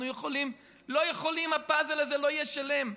אנחנו לא יכולים, הפאזל הזה לא יהיה שלם.